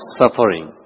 suffering